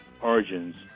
origins